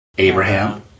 Abraham